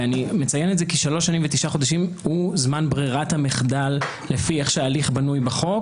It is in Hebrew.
ואני מציין את זה כי זהו זמן ברירת המחדל לפי איך שההליך בנוי בחוק,